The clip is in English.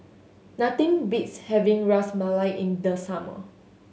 nothing beats having Ras Malai in the summer